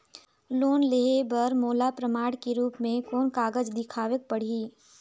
Loan लेहे बर मोला प्रमाण के रूप में कोन कागज दिखावेक पड़ही?